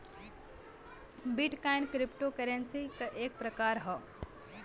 bit coin crypto currency क एक प्रकार हौ